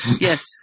Yes